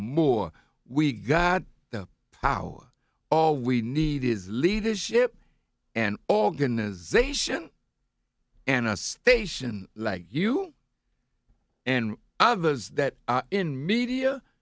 more we got the power all we need is leadership and organization and a station like you and others that in media